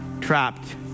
trapped